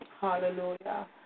Hallelujah